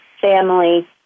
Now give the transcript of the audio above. family